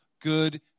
good